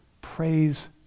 Praise